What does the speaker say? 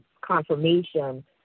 confirmation